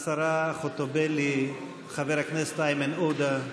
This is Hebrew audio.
השרה חוטובלי, חבר הכנסת איימן עודה,